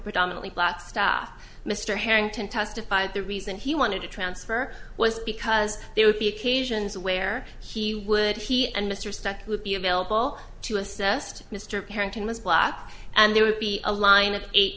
predominately black staff mr harrington testified the reason he wanted to transfer was because there would be occasions where he would he and mr step would be available to assist mr carrington was black and there would be a line of eight